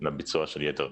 לביצוע יתר הבדיקות.